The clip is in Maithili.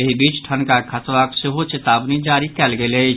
एहि बीच ठनका खसबाक सेहो चेतावनी जारी कयल गेल अछि